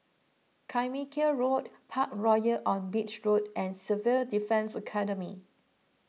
Carmichael Road Parkroyal on Beach Road and Civil Defence Academy